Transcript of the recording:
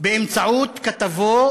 באמצעות כתבו